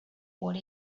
what